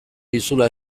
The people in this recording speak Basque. dizula